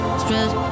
spread